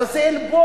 הרי זה עלבון.